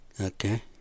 okay